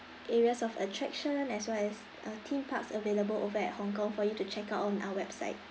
areas of attraction as well as uh theme parks available over at hong kong for you to check out on our website